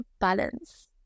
balance